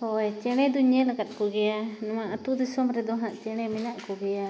ᱦᱳᱭ ᱪᱮᱬᱮ ᱫᱩᱧ ᱧᱮᱞ ᱟᱠᱟᱫ ᱠᱚᱜᱮᱭᱟ ᱱᱚᱣᱟ ᱟᱛᱳ ᱫᱤᱥᱚᱢ ᱨᱮᱫᱚ ᱦᱟᱸᱜ ᱪᱮᱬᱮ ᱢᱮᱱᱟᱜ ᱠᱚᱜᱮᱭᱟ